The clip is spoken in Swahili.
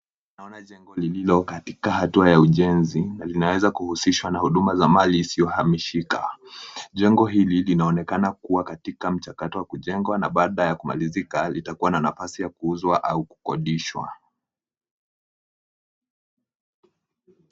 Naona jengo lililo katika hatua ya ujenzi na linaweza kuhusishwa na huduma za mali isiyohamishika. Jengo hili linaonekana kuwa katika mchakato wa kujengwa, na baada ya kumalizika litakuwa na nafasi ya kuuzwa au kukodishwa.